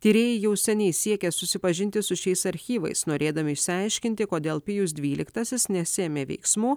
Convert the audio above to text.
tyrėjai jau seniai siekia susipažinti su šiais archyvais norėdami išsiaiškinti kodėl pijus dvyliktasis nesiėmė veiksmų